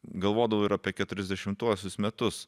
galvodavau ir apie keturiasdešimtuosius metus